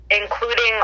including